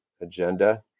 agenda